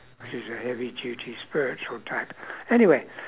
which is a heavy duty spiritual type anyway